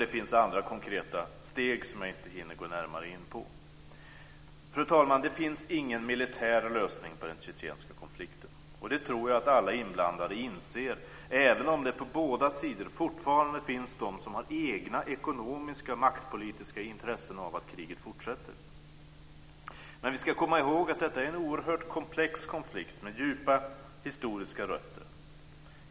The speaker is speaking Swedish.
Det finns andra konkreta steg som jag inte hinner gå närmare in på. Fru talman! Det finns ingen militär lösning på den tjetjenska konflikten. Det tror jag att alla inblandade inser, även om det på båda sidor fortfarande finns de som har egna ekonomiska och maktpolitiska intressen av att kriget fortsätter. Men vi ska komma ihåg att detta är en oerhört komplex konflikt med djupa historiska rötter.